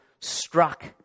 struck